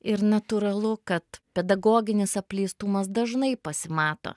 ir natūralu kad pedagoginis apleistumas dažnai pasimato